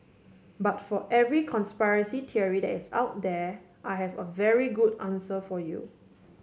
but for every conspiracy theory that is out there I have a very good answer for you